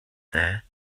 there